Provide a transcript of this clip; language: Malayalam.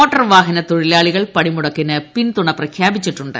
മോട്ടോർ വാഹന തൊഴിലാളികൾ പണിമുടക്കിന് പിന്തുണ പ്രഖ്യാപിച്ചിട്ടുണ്ട്